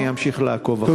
אני אמשיך לעקוב אחרי הנושא.